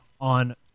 on